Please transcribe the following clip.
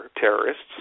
terrorists